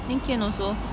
then can also